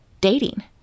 dating